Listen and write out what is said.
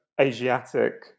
Asiatic